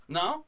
no